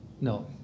No